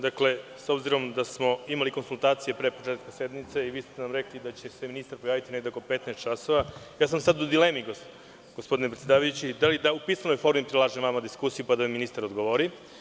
Dakle, s obzirom da smo imali konsultacije pre početka sednice i vi ste nam rekli da će se ministar pojaviti negde oko 15 časova, ja sam sada u dilemi, gospodine predsedavajući, da li u pismenoj formi vama prilažem diskusiju, pa da mi ministar odgovori?